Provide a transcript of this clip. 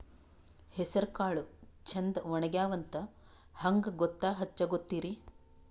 ಹೆಸರಕಾಳು ಛಂದ ಒಣಗ್ಯಾವಂತ ಹಂಗ ಗೂತ್ತ ಹಚಗೊತಿರಿ?